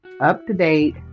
up-to-date